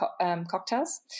cocktails